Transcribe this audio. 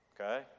okay